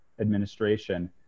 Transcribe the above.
Administration